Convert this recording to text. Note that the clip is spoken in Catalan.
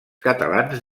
catalans